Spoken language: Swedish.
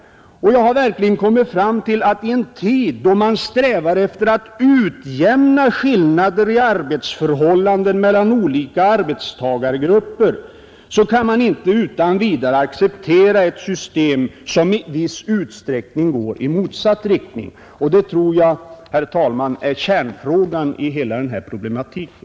Jag har verkligen kommit fram till att i en tid, då man strävar efter att utjämna skillnader i arbetsförhållanden mellan olika arbetstagargrupper, kan man inte utan vidare acceptera ett system som i viss utsträckning går i motsatt riktning. Det tror jag, herr talman, är kärnfrågan i hela den här problematiken.